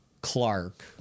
Clark